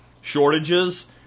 shortages